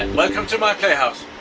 and welcome to my playhouse,